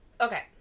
Okay